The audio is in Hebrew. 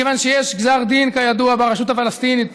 מכיוון שכיודע יש ברשות הפלסטינית